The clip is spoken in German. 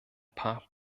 paar